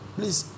Please